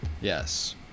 yes